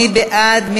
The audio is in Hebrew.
מי בעד?